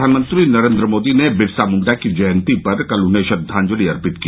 प्रधानमंत्री नरेन्द्र मोदी ने बिरसा मुंडा की जयंती पर कल उन्हें श्रद्वांजलि अर्पित की